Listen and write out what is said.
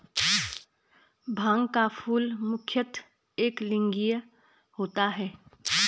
भांग का फूल मुख्यतः एकलिंगीय होता है